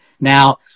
now